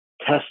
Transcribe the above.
test